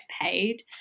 paid